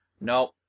Nope